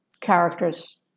Characters